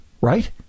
right